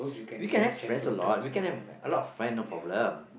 we can have friends a lot we can have a lot of friend no problem